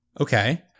Okay